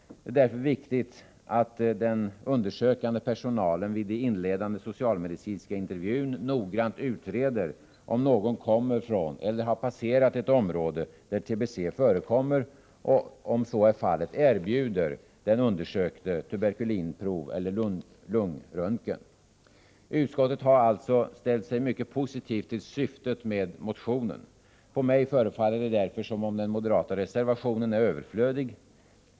Det är därför viktigt att den undersökande personalen vid den inledande socialmedicinska intervjun noggrant utreder om någon kommer från eller har passerat ett område där TBC förekommer och, om så är fallet, erbjuder den undersökte tuberkulinprov eller lungröntgen. Utskottet har alltså ställt sig mycket positivt till syftet med motionen. Därför förefaller det mig som om den moderata reservationen är överflödig.